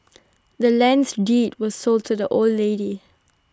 the land's deed was sold to the old lady